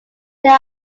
there